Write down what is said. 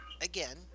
again